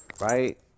Right